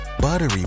buttery